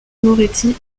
moretti